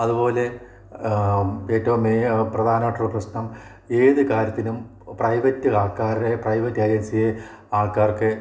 അതുപോലെ ഏറ്റവും മേ പ്രധാനമായിട്ടുള്ള പ്രശ്നം ഏതു കാര്യത്തിനും പ്രൈവറ്റ് ആൾക്കാരെ പ്രൈവറ്റ് ഏജൻസിയെ ആൾക്കാർക്ക്